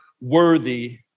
worthy